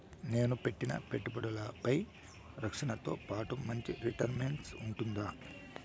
నేను పెట్టిన పెట్టుబడులపై రక్షణతో పాటు మంచి రిటర్న్స్ ఉంటుందా?